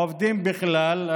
לעובדים בכלל.